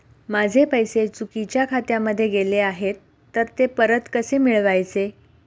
माझे पैसे चुकीच्या खात्यामध्ये गेले आहेत तर ते परत कसे मिळवायचे?